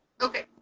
okay